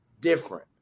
different